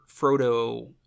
Frodo